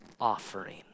offering